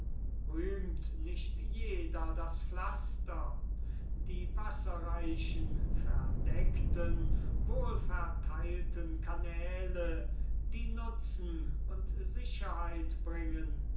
rühmt nicht jeder das pflaster die wasserreichen verdeckten wohlverteilten kanäle die nutzen und sicherheit bringen